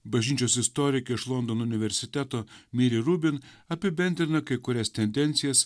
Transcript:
bažnyčios istorikė iš londono universiteto miri rubin apibendrina kai kurias tendencijas